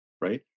right